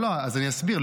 אסביר.